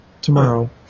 tomorrow